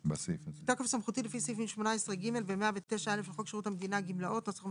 בתוקף סמכותי לפי סעיפים 18(ג) ו-109(א) לחוק שירות המדינה (גמלאות) ,